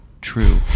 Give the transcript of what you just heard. true